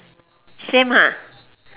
same ah